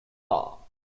law